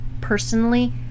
personally